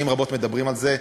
שנים רבות מדברים על זה.